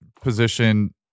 position